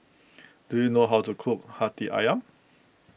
do you know how to cook Hati Ayam